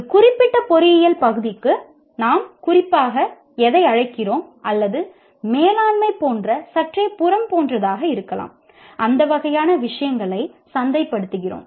ஒரு குறிப்பிட்ட பொறியியல் பகுதிக்கு நாம் குறிப்பாக எதை அழைக்கிறோம் அல்லது மேலாண்மை போன்ற சற்றே புறம் போன்றதாக இருக்கலாம் அந்த வகையான விஷயங்களை சந்தைப்படுத்துகிறோம்